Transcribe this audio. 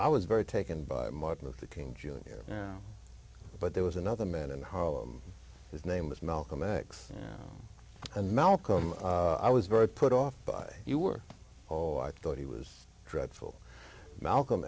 i was very taken by martin luther king junior but there was another man in harlem his name was malcolm x and malcolm i was very put off by you were all i thought he was dreadful malcolm